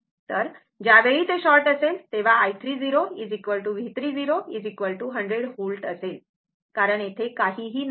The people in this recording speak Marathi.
तर ज्यावेळी ते शॉर्ट असेल तेव्हा i3 V3 100 V असेल कारण येथे काहीही नाही